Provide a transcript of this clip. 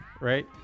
right